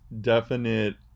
definite